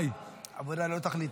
עבודה ללא תכלית.